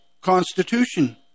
Constitution